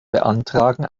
beantragen